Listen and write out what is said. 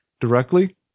directly